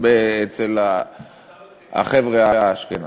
אצל החבר'ה האשכנזים.